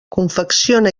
confecciona